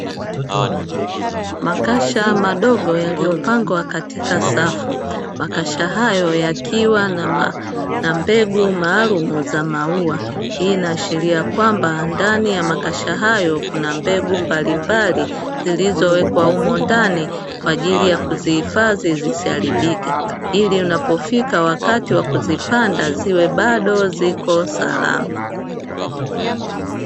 Makasha madogo yaliyopangwa katika safu. Makasha hayo yakiwa na mbegu maalumu za maua; hii inaashiria kwamba ndani ya makasha hayo kuna mbegu mbalimbali, zilizowekwa humo ndani kwa ajili ya kuzihifadhi zisiharibike, ili unapofika wakati wa kuzipanda ziwe bado ziko salama.